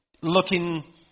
looking